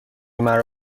مرا